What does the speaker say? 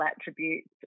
attributes